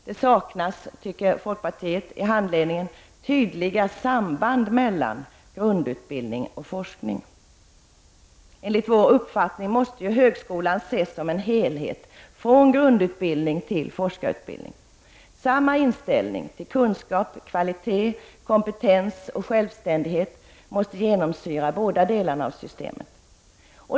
Det saknas också i handledningen tydliga samband mellan grundutbildning och forskning. Enligt vår uppfattning måste högskolan ses som en helhet från grundutbildning till forskarutbildning. Samma inställning till kunskap, kvalitet och kompetens och självständighet måste genomsyra båda delarna i systemet.